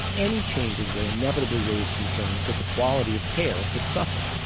any changes will inevitably raise concerns that the quality of care could suffer.